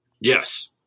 Yes